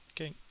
Okay